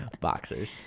Boxers